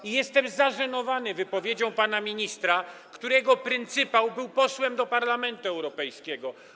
I jestem zażenowany wypowiedzią pana ministra, którego pryncypał był posłem do Parlamentu Europejskiego.